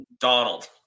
Donald